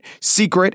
secret